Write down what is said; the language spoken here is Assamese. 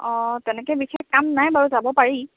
অঁ তেনেকৈ বিশেষ কাম নাই বাৰু যাব পাৰি